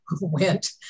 went